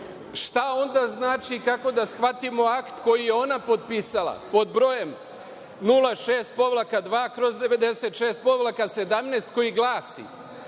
šta onda znači i kako da shvatimo akt koji je ona potpisala pod brojem 06-2/96-17 koji glasi: